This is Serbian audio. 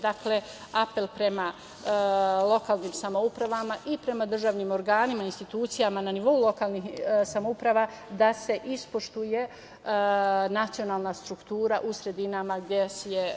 Dakle, apel prema lokalnim samoupravama i prema državnim organima, institucijama na nivou lokalnih samouprava da se ispoštuje nacionalna struktura u sredinama gde je